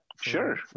Sure